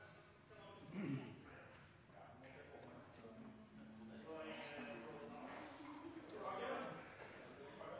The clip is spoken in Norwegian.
Men så er